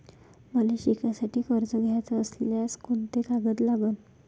मले शिकासाठी कर्ज घ्याचं असल्यास कोंते कागद लागन?